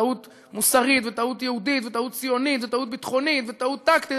טעות מוסרית וטעות יהודית וטעות ציונית וטעות ביטחונית וטעות טקטית,